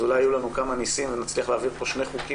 אולי יהיו לנו כמה ניסים ונצליח להעביר השבוע